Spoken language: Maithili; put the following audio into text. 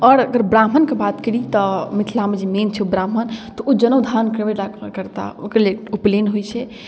आओर अगर ब्राह्मणके बात करी तऽ मिथिलामे जे मेन छै ओ ब्राह्मण तऽ ओ जनउ धारण करबेटा करताह ओहिके लेल उपनैन होइ छै